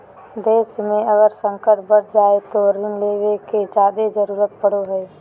देश मे अगर संकट बढ़ जा हय तो ऋण लेवे के जादे जरूरत पड़ो हय